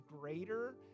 greater